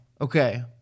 Okay